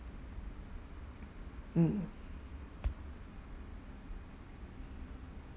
mm